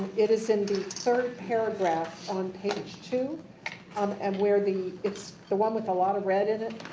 it is in the third paragraph on page two um and where the it's the one with a lot of red in it.